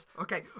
Okay